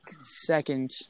second